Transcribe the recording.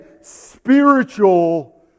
spiritual